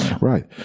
right